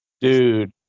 Dude